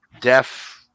deaf